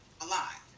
alive